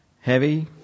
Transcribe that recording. Heavy